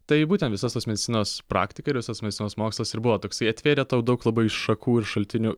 tai būtent visos tos medicinos praktika ir visas medicinos mokslas ir buvo toksai atvėrė tau daug labai šakų ir šaltinių